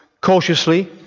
cautiously